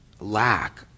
lack